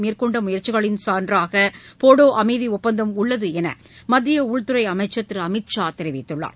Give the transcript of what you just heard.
மேற்கொண்ட முயற்சிகளின் சான்றாக போடோ அமைதி ஒப்பந்தம் உள்ளது என்று மத்திய உள்துறை அமைச்சர் திரு அமித் ஷா தெரிவித்துள்ளார்